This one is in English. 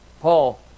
Paul